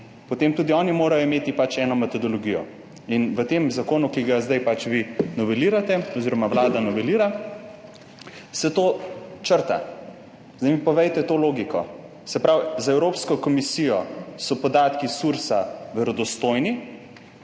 potem morajo imeti tudi oni eno metodologijo. V tem zakonu, ki ga zdaj pač vi novelirate oziroma Vlada novelira, se to črta. Zdaj mi povejte to logiko? Se pravi, za Evropsko komisijo so podatki Sursa verodostojni,